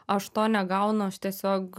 aš to negaunu aš tiesiog